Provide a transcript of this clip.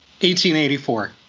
1884